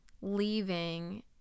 leaving